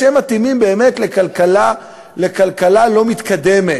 שמתאימים באמת לכלכלה לא מתקדמת,